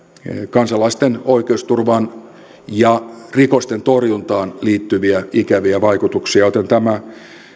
kansalaisten oikeusturvaan ja rikosten torjuntaan liittyviä ikäviä vaikutuksia joten tämä